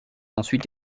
ensuite